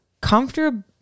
comfortable